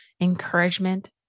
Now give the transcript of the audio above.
encouragement